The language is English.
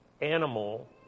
animal